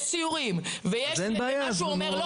יש סיורים ויש את מה שהילד אומר.